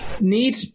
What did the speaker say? Need